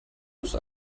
ist